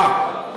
אה.